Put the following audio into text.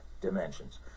dimensions